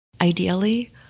Ideally